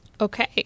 Okay